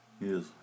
Yes